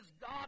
God